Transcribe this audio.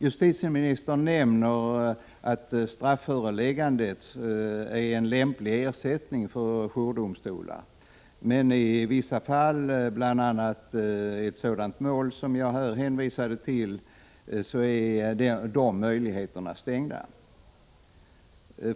Justitieministern nämner strafföreläggandet som en lämplig ersättare för jourdomstolar, men i vissa fall, bl.a. sådana mål som det jag här redovisade, är den möjligheten stängd.